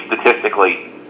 statistically